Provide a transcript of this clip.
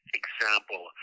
example